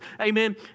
Amen